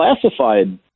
classified